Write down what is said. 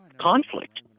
conflict